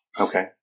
Okay